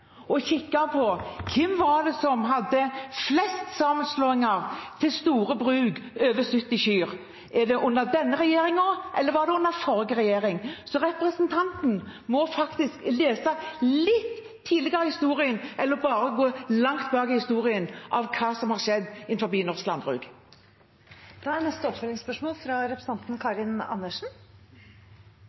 og kikke på: Hvem er det som har hatt flest sammenslåinger til store bruk med over 70 kyr? Er det under denne regjeringen, eller var det under forrige regjering? Representanten må faktisk lese litt tidligere i historien eller bare gå langt tilbake i historien om hva som har skjedd i norsk landbruk. Karin Andersen – til oppfølgingsspørsmål.